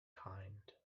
kind